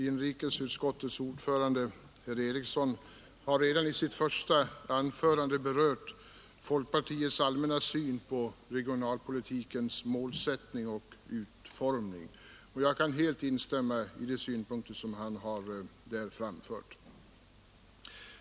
Inrikesutskottets ordförande, herr Eriksson i Arvika, berörde redan i sitt första anförande folkpartiets allmänna syn på regionalpolitikens målsättning och utformning, och jag kan helt instämma i de synpunkter som han framförde.